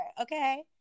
Okay